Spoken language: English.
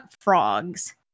frogs